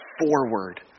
forward